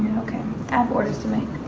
okay. i have orders to make.